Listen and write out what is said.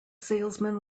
salesman